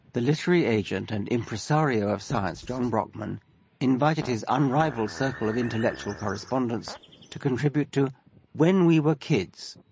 the literary agent and impresario of science john brockman invited his unrivalled circle of intellectual correspondents to contribute to when we were kids,